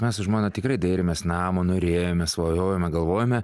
mes su žmona tikrai dairėmės namo norėjome svajojome galvojome